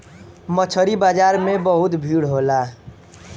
मछरी बाजार में बहुत भीड़ होला